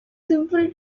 simple